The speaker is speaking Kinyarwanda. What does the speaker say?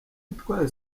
itwaye